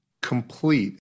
Complete